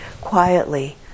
quietly